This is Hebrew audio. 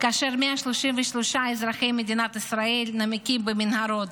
כאשר 133 אזרחי מדינת ישראל נמקים במנהרות?